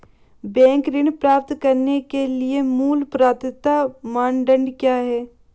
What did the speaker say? Bank ऋण प्राप्त करने के लिए मूल पात्रता मानदंड क्या हैं?